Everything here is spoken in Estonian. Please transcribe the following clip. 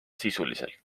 sisuliselt